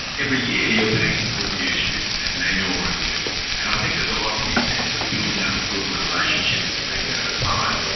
every year, your bank reviews you. there's an annual review. and i think there's a lot to be said for building up a good relationship with your bank over time.